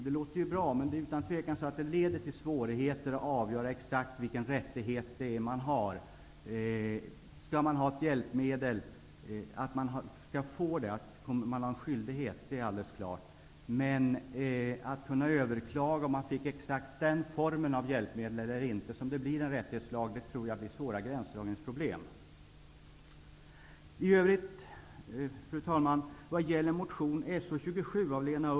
Det låter ju bra, men det är utan tvekan så att det leder till svårigheter att avgöra exakt vilken rättighet man har. Att det finns en skyldighet att tillhandahålla hjälpmedel är alldeles klart. Med en rättighetslag blir det svåra gränsdragningsproblem om människor överklagar om de inte får exakt den rätta formen av hjälpmedel. Fru talman!